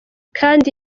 kandi